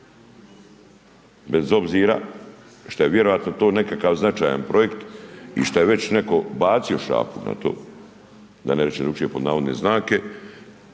Bez obzira što je vjerojatno to nekakav značajan projekt i šta je već netko bacio šapu na to da ne kažem drukčije pod navodne znake.